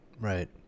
right